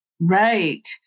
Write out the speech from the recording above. Right